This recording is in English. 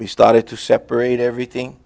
we started to separate everything